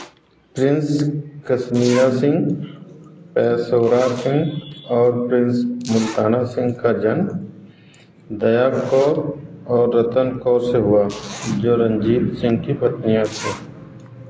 Prince Kashmira Singh Peshaura Singh और prince Multana Singh का जन्म दया कौर और रतन कौर से हुआ जो रंजीत सिंह की पत्नियाँ थीं